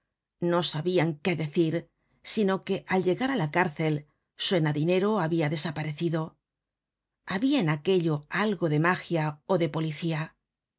no sabian qué decir sino que al llegar á la cárcel suena dinero habia desaparecido habia en aquello algo de magia ó de policía